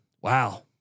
Wow